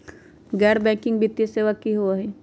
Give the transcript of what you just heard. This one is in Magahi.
गैर बैकिंग वित्तीय सेवा की होअ हई?